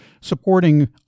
supporting